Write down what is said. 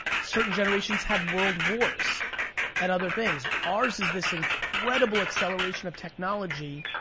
certain generations had world wars and other things. ours is this incredible acceleration of technology.